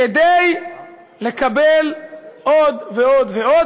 כדי לקבל עוד ועוד ועוד.